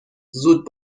زود